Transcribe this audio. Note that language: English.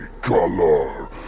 color